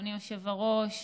אדוני יושב-הראש.